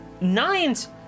Nines